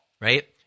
right